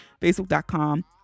facebook.com